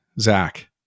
Zach